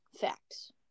Facts